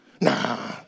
Nah